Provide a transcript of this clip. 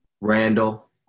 Randall